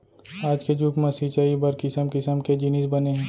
आज के जुग म सिंचई बर किसम किसम के जिनिस बने हे